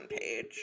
page